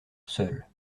seul